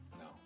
No